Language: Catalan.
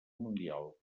mundial